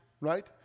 right